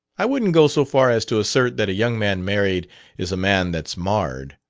i wouldn't go so far as to assert that a young man married is a man that's marred